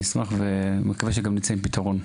אני מקווה שנצא גם עם פיתרון.